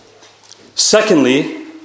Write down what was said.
Secondly